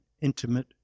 intimate